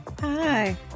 Hi